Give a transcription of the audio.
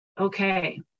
Okay